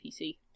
PC